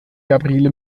gabriele